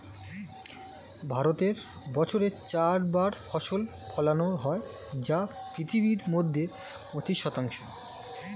ভারতে বছরে চার বার ফসল ফলানো হয় যা পৃথিবীর মধ্যে পঁচিশ শতাংশ